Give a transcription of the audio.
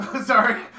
Sorry